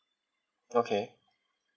okay